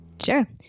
Sure